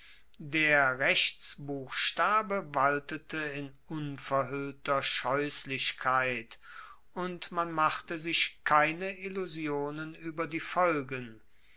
der rechtsbuchstabe waltete in unverhuellter scheusslichkeit und man machte sich keine illusionen ueber die folgen